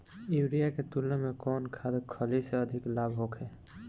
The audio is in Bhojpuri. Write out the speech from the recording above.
यूरिया के तुलना में कौन खाध खल्ली से अधिक लाभ होखे?